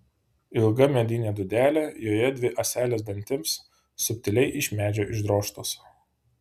ilga medinė dūdelė joje dvi ąselės dantims subtiliai iš medžio išdrožtos